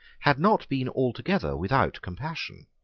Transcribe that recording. had not been altogether without compassion.